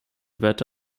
werte